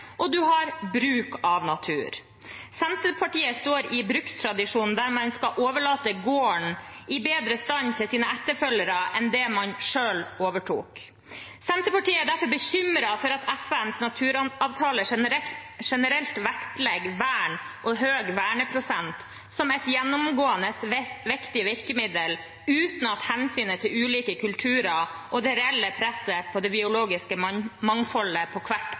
og man har bruk av natur. Senterpartiet står i brukstradisjonen, der man skal overlate gården til sine etterfølgere i bedre stand enn det man selv overtok. Senterpartiet er derfor bekymret for at FNs naturavtale generelt vektlegger vern og høy verneprosent som et gjennomgående viktig virkemiddel, uten hensyn til ulike kulturer og det reelle presset på det biologiske mangfoldet på hvert